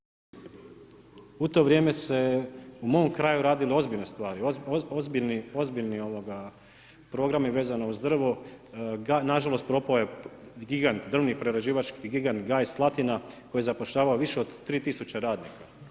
U to vrijeme se u mom kraju radile ozbiljne stvari, ozbiljni programi vezani uz drvo, nažalost propao je gigant drvni prerađivački gigant Gaj Slatina koji je zapošljavao više od tri tisuće radnika.